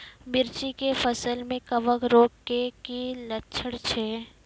मिर्ची के फसल मे कवक रोग के की लक्छण छै?